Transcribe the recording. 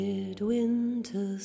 Midwinter